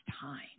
time